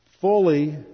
fully